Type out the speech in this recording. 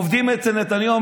עובדים אצל נתניהו,